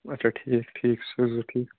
اچھا ٹھیٖک ٹھیٖک ٹھیٖک